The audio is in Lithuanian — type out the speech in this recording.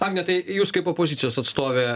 agne tai jūs kaip opozicijos atstovė